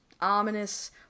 ominous